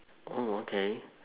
mm okay